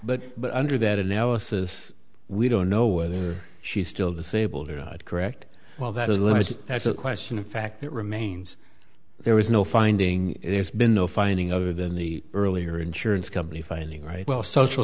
but but under that analysis we don't know whether she still disabled or correct while that is was that's a question of fact that remains there was no finding there's been no finding other than the earlier insurance company filing right well social